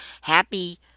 happy